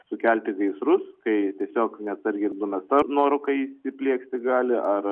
sukelti gaisrus kai tiesiog neatsargiai numeta nuorūka įplieksti gali ar